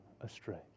astray